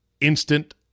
instant